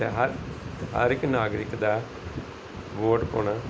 ਅਤੇ ਹਰ ਹਰ ਇੱਕ ਨਾਗਰਿਕ ਦਾ ਵੋਟ ਪਾਉਣਾ